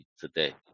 today